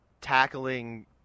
tackling